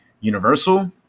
universal